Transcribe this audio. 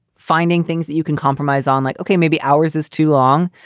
finding things that you can compromise on. like okay, maybe hours is too long,